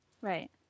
Right